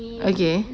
okay